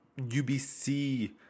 UBC